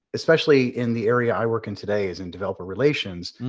especially in the area i work in today is in developer relations.